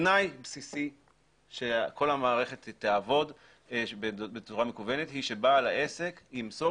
תנאי בסיסי שכל המערכת תעבוד בצורה מקוונת הוא שבעל העסק ימסור